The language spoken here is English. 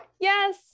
Yes